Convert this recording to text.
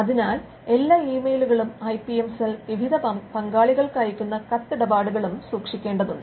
അതിനാൽ എല്ലാ ഇമെയിലുകളും ഐ പി എം സെൽ വിവിധ പങ്കാളികൾക്കയക്കുന്ന കത്തിടപാടുകളും സൂക്ഷിക്കേണ്ടതാണ്